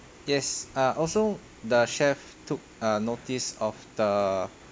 yes uh also the chef took uh notice of the